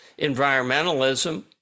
environmentalism